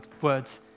words